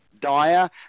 dire